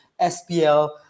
SPL